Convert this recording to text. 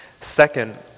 Second